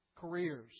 Careers